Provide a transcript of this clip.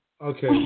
Okay